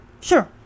Sure